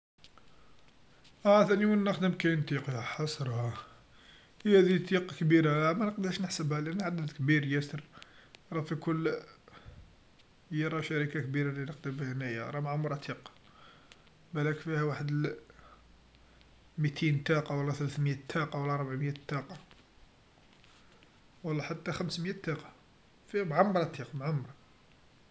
أه ثاني وين نخدم كاين تيق يا حسراه، في هذي تيق كبيرا أمنقدرش نحسبها لأن العدد كبير ياسر راها في كل، هي راهي شركه كبيرا لنخدم بيها هنايا راها معمرا تيق، بلاك فيها وحد ل متين تاقه و لا ثلثميات تاقه و لا ربعميات تاقه و لا حتى خمسميات تاقه، فيها معمرا تيق معمرا.